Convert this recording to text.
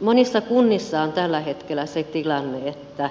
monissa kunnissa on tällä hetkellä se tilanne että